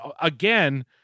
again